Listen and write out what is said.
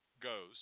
goes